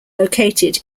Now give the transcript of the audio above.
located